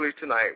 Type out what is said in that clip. tonight